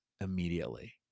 immediately